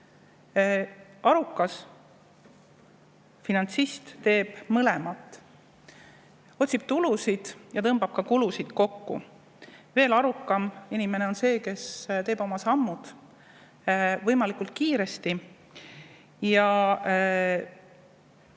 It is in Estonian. Arukas finantsist teeb mõlemat: otsib tulusid ja tõmbab ka kulusid kokku. Veel arukam inimene on see, kes teeb oma sammud võimalikult kiiresti ega